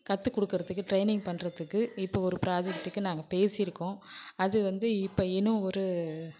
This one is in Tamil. கற்றுக்குடுக்குறதுக்கு ட்ரெய்னிங் பண்ணுறதுக்கு இப்போ ஒரு ப்ராஜெக்ட்டுக்கு நாங்கள் பேசிருக்கோம் அது வந்து இப்போ இன்னும் ஒரு